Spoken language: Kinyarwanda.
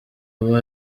aba